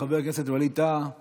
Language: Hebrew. חבר הכנסת ווליד טאהא